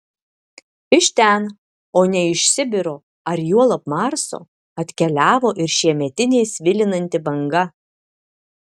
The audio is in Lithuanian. iš ten o ne iš sibiro ar juolab marso atkeliavo ir šiemetinė svilinanti banga